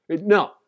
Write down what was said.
No